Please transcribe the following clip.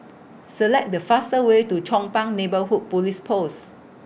Select The faster Way to Chong Pang Neighbourhood Police Post